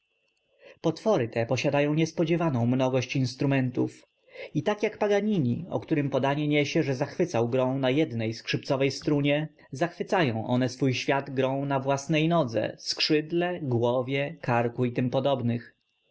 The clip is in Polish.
potwory te posiadają niespodziewaną mnogość instrumentów i tak jak paganini o którym podanie niesie że zachwycał grą na jednej skrzypcowej strunie zachwycają one swój świat grą na własnej nodze skrzydle głowie karku i t